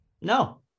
no